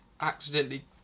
accidentally